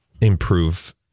improve